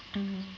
mm